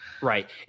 Right